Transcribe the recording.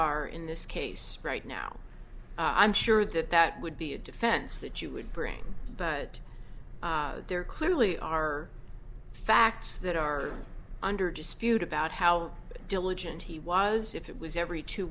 are in this case right now i'm sure that that would be a defense that you would bring but there clearly are facts that are under dispute about how diligent he was if it was every two